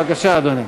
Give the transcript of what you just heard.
בבקשה, אדוני.